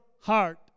heart